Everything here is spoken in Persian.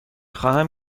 خواهم